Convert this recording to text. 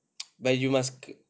but you must